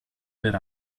per